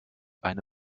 eine